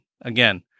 Again